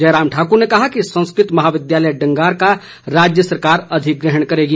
जयराम ठाक्र ने कहा कि संस्कृत महाविद्यालय डंगार का राज्य सरकार अधिग्रहण करेगी